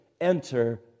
enter